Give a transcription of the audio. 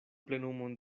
plenumon